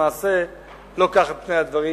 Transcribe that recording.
למעשה לא כך הם פני הדברים,